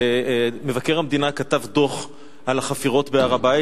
מבקר המדינה כתב דוח על החפירות בהר-הבית,